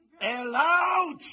allowed